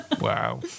Wow